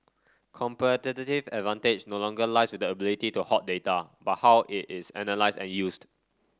competitive advantage no longer lies with the ability to hoard data but how it is analysed and used